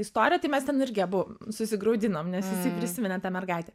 istoriją tai mes ten irgi abu susigraudinom nes jisai prisiminė tą mergaitę